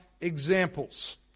examples